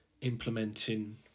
implementing